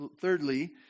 thirdly